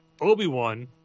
Obi-Wan